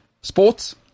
sports